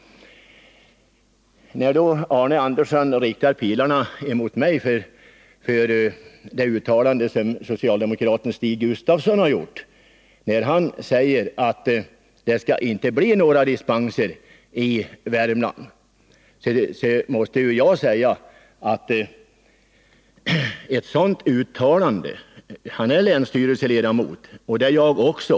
Arne Andersson ställde mig till svars för ett uttalande som socialdemokraten Stig Gustafsson gjort om att det inte skall lämnas några dispenser i Värmland. Stig Gustafsson är länsstyrelseledamot, och det är jag också.